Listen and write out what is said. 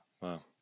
Wow